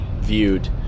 viewed –